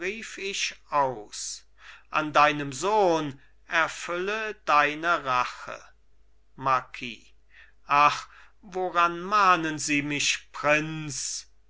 aus an deinem sohn erfülle deine rache marquis ach woran mahnen sie mich prinz